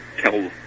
tell